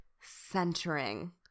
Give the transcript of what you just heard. centering